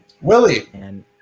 Willie